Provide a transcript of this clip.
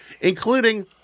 including